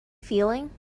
feeling